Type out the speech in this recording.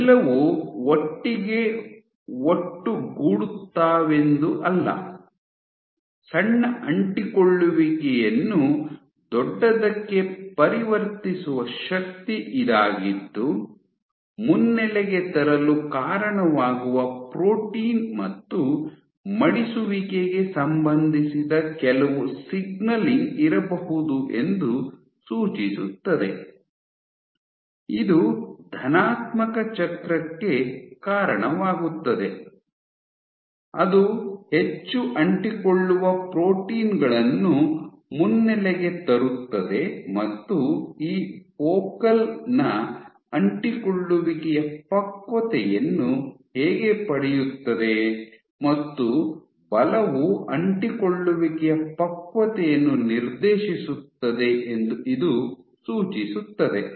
ಅವೆಲ್ಲವೂ ಒಟ್ಟಿಗೆ ಒಟ್ಟುಗೂಡುತ್ತಾವೆಂದು ಅಲ್ಲ ಸಣ್ಣ ಅಂಟಿಕೊಳ್ಳುವಿಕೆಯನ್ನು ದೊಡ್ಡದಕ್ಕೆ ಪರಿವರ್ತಿಸುವ ಶಕ್ತಿ ಇದಾಗಿದ್ದು ಮುನ್ನೆಲೆಗೆ ತರಲು ಕಾರಣವಾಗುವ ಪ್ರೋಟೀನ್ ಮತ್ತು ಮಡಿಸುವಿಕೆಗೆ ಸಂಬಂಧಿಸಿದ ಕೆಲವು ಸಿಗ್ನಲಿಂಗ್ ಇರಬಹುದು ಎಂದು ಸೂಚಿಸುತ್ತದೆ ಇದು ಧನಾತ್ಮಕ ಚಕ್ರಕ್ಕೆ ಕಾರಣವಾಗುತ್ತದೆ ಅದು ಹೆಚ್ಚು ಅಂಟಿಕೊಳ್ಳುವ ಪ್ರೋಟೀನ್ ಗಳನ್ನು ಮುನ್ನೆಲೆಗೆ ತರುತ್ತದೆ ಮತ್ತು ಈ ಫೋಕಲ್ ನ ಅಂಟಿಕೊಳ್ಳುವಿಕೆಯ ಪಕ್ವತೆಯನ್ನು ಹೇಗೆ ಪಡೆಯುತ್ತದೆ ಮತ್ತು ಬಲವು ಅಂಟಿಕೊಳ್ಳುವಿಕೆಯ ಪಕ್ವತೆಯನ್ನು ನಿರ್ದೇಶಿಸುತ್ತದೆ ಎಂದು ಇದು ಸೂಚಿಸುತ್ತದೆ